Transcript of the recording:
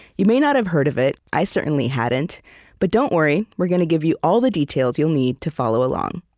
you may not have heard of it. i certainly hadn't but don't worry. we're going to give you all the details you'll need to follow along